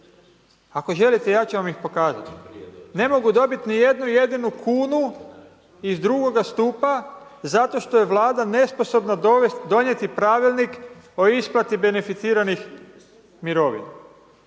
Ako želite ja ću vam ih pokazati. ne mogu dobiti ni jednu jedinu kunu iz drugoga stupa zato što je vlada nesposobna donijeti pravilnik o isplati beneficiranih mirovina.